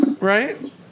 Right